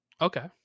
Okay